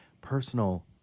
personal